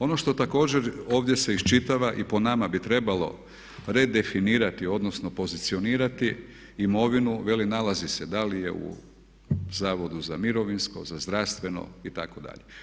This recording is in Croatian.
Ono što također ovdje se iščitava i po nama bi trebalo redefinirati odnosno pozicionirati imovinu, veli nalazi se da li je u Zavodu za mirovinsko, za zdravstveno itd.